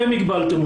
אתם הגבלתם אותם.